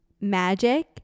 magic